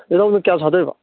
ꯔꯧꯅ ꯀꯌꯥ ꯁꯥꯗꯣꯏꯕ